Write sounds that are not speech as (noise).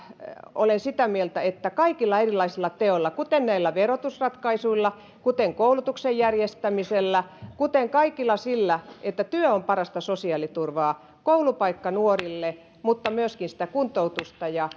olen sitä mieltä ja tähän mennään kaikilla erilaisilla teoilla kuten näillä verotusratkaisuilla kuten koulutuksen järjestämisellä kuten kaikella sillä että työ on parasta sosiaaliturvaa koulupaikka nuorille mutta myöskin sitä kuntoutusta ja (unintelligible)